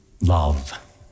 love